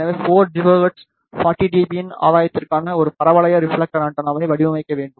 எனவே 4 ஜிகாஹெர்ட்ஸில் 40 dB யின் ஆதாயத்திற்காக ஒரு பரவளைய ரிப்ஃலெக்டர் ஆண்டெனாவை வடிவமைக்க வேண்டும்